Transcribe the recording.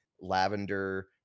lavender